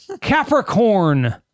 Capricorn